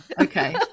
Okay